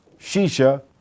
shisha